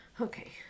Okay